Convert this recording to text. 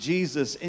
Jesus